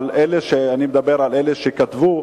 אבל אני מדבר על אלה שכתבו.